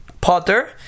potter